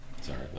Sorry